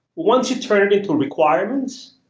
once you turn it into requirements,